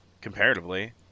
comparatively